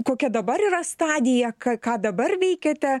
kokia dabar yra stadija ka ką dabar veikiate